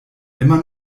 immer